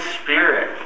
spirit